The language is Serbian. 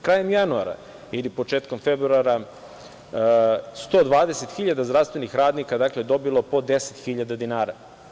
Krajem januara ili početkom februara 120.000 zdravstvenih radnika dobilo je po 10.000 dinara.